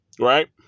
Right